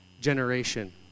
generation